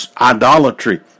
idolatry